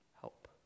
help